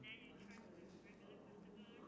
okay you do a home business